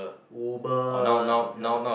Uber